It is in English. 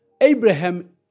Abraham